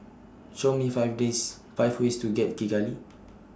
Show Me five Days five ways to get to Kigali